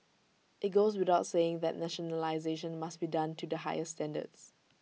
IT goes without saying that nationalisation must be done to the highest standards